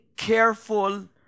Careful